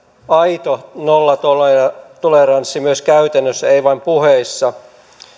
aito nollatoleranssi myös käytännössä ei vain puheissa